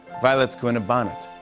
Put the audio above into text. violets go in a bonnet.